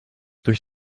durch